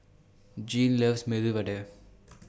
Jeane loves Vada Jeane loves Medu Vada